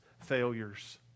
failures